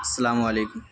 السلام علیکم